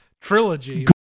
trilogy